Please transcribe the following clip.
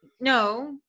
No